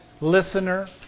listener